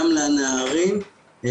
גם לנערים,